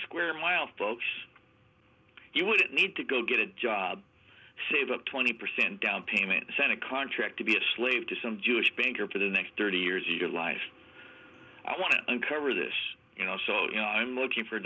square mile folks you wouldn't need to go get a job save up twenty percent down payment sent a contract to be a slave to some jewish banker for the next thirty years of your life i want to uncover this you know so you know i'm looking for